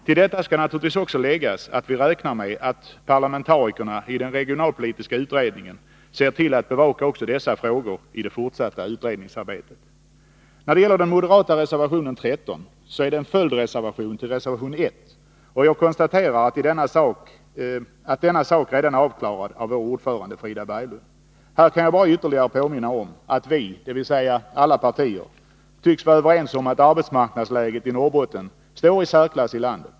Till detta skall naturligtvis också fogas att vi räknar med att parlamentarikerna i den regionalpolitiska utredningen ser till att bevaka också dessa frågor i det fortsatta utredningsarbetet. Den moderata reservationen 13 är en följdreservation till reservation 1, och jag konstaterar att denna i sak redan är avklarad av vår ordförande, Frida Berglund. Här kan jag bara ytterligare påminna om att vi, dvs. alla partier, tycks vara överens om att arbetsmarknadsläget i Norrbotten står i särklass i landet.